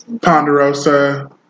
Ponderosa